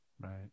Right